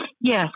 Yes